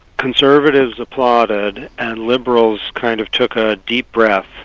conservatives applauded and liberals kind of took a deep breath.